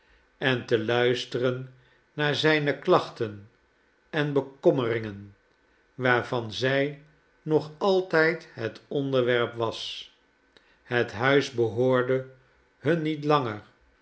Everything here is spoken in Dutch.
en te luisteren naar zijne klachten en bekommeringen waarvan zij nog altijd het onderwerp was het huis behoorde hun niet langer